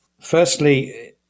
firstly